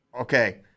Okay